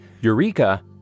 Eureka